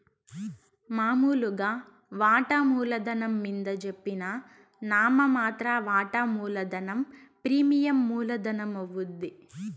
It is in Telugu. మామూలుగా వాటామూల ధనం మింద జెప్పిన నామ మాత్ర వాటా మూలధనం ప్రీమియం మూల ధనమవుద్ది